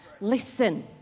Listen